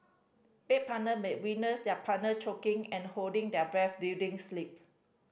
bed partner may witness their partner choking and holding their breath during sleep